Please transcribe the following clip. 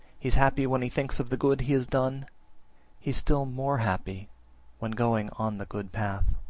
he is happy when he thinks of the good he has done he is still more happy when going on the good path.